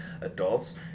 adults